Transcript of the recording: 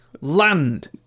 land